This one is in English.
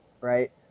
right